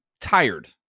tired